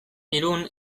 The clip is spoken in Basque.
irun